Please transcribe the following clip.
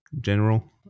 general